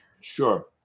Sure